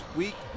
week